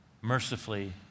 mercifully